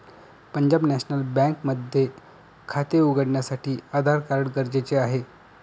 Punjab national bank मध्ये खाते उघडण्यासाठी आधार कार्ड गरजेचे आहे